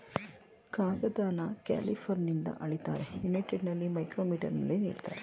ಕಾಗದನ ಕ್ಯಾಲಿಪರ್ನಿಂದ ಅಳಿತಾರೆ, ಯುನೈಟೆಡಲ್ಲಿ ಮೈಕ್ರೋಮೀಟರಲ್ಲಿ ನೀಡ್ತಾರೆ